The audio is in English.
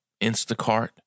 Instacart